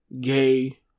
gay